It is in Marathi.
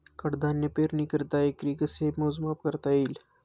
कडधान्य पेरणीकरिता एकरी कसे मोजमाप करता येईल?